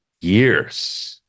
years